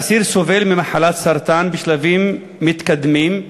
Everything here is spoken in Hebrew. האסיר סובל ממחלת סרטן בשלבים מתקדמים,